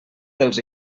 dels